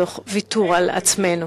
תוך ויתור על עצמנו.